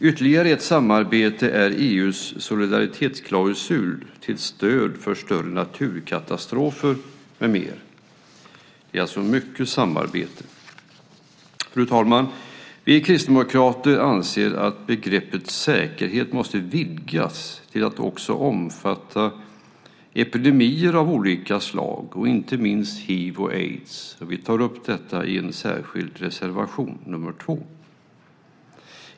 Ytterligare ett samarbete är EU:s solidaritetsklausul till stöd för större naturkatastrofer med mera. Det är mycket samarbete. Fru talman! Vi kristdemokrater anser att begreppet säkerhet måste vidgas till att också omfatta epidemier av olika slag, inte minst hiv/aids. Vi tar upp detta i en särskild reservation, nr 2.